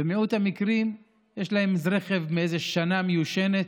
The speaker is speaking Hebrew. במיעוט המקרים יש להן איזה רכב מאיזו שנה מיושנת,